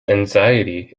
anxiety